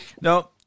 No